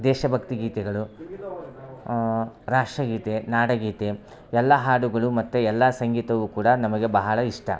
ದೇಶಭಕ್ತಿ ಗೀತೆಗಳು ರಾಷ್ಟ್ರ ಗೀತೆ ನಾಡಗೀತೆ ಎಲ್ಲ ಹಾಡುಗಳು ಮತ್ತು ಎಲ್ಲ ಸಂಗೀತವು ಕೂಡ ನಮಗೆ ಬಹಳ ಇಷ್ಟ